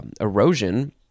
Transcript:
erosion